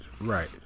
Right